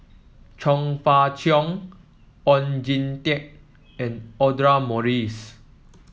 Chong Fah Cheong Oon Jin Teik and Audra Morrice